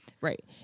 Right